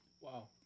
Wow